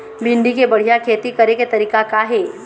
भिंडी के बढ़िया खेती करे के तरीका का हे?